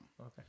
Okay